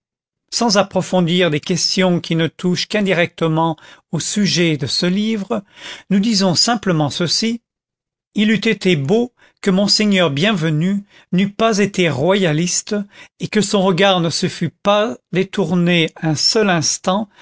sans approfondir des questions qui ne touchent qu'indirectement au sujet de ce livre nous disons simplement ceci il eût été beau que monseigneur bienvenu n'eût pas été royaliste et que son regard ne se fût pas détourné un seul instant